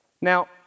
Now